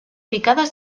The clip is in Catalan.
picades